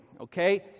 okay